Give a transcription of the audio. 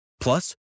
Plus